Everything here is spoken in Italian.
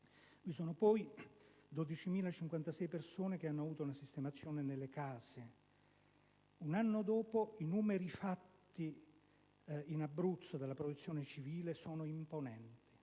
vi sono poi 12.056 persone che hanno avuto una sistemazione nelle C.A.S.E. Un anno dopo, i numeri del lavoro fatto in Abruzzo dalla Protezione civile sono imponenti: